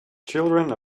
children